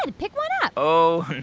and pick one up oh,